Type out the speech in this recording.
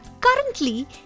Currently